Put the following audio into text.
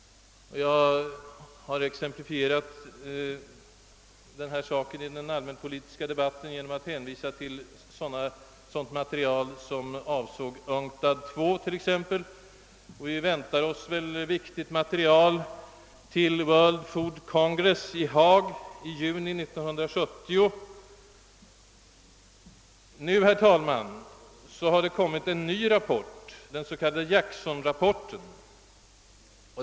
Jag här exemplifierat detta i den allmänpolitiska debatten genom att hänvisa till sådant informationsmaterial, som avsåg UNCTAD II och Pearson-rapporten. Vi väntar oss väl också viktigt material till World Food Congress i Haag i juni 1970. Nu, herr talman, har det kommit en ny rapport — den s.k. Jackson-rapporten.